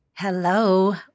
Hello